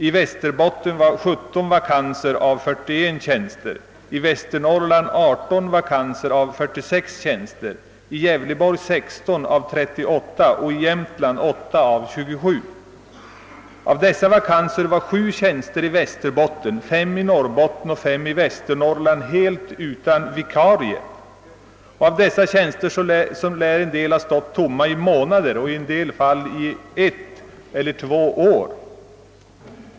I Västerbottens län var 17 vakanta av 41 tjänster, i Västernorrlands län 18 av 46, i Gävleborgs län 16 av 38 och i Jämtlands län 8 av 27. Av dessa vakanser var 7 tjänster i Västerbottens län, 5 i Norrbottens och 5 i Västernorrlands län helt utan vikarie. En del tjänster lär ha stått tomma i månader, i några fall i ett eller två år.